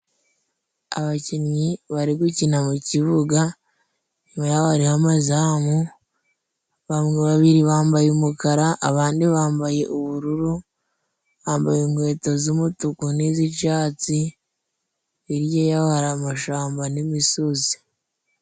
Abakinnyi bari gukina mu kibuga, inyuma yabo hariho amazamu, babiri bambaye umukara, abandi bambaye ubururu. Bambaye inkweto z'umutuku n'iz'icyatsi, hirya yaho hari amashamba n'imisozi.